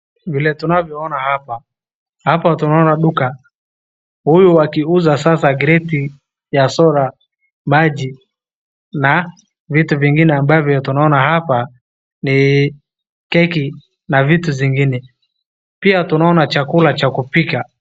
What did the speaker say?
Vile tunavyoona hapa, hapa tunaona duka . Huyu akiuza sasa creti ya soda, maji na vitu vingine ambavyo tunaona hapa ni keki na vitu zingine. Pia tunaona chakula cha kupika.